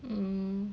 mm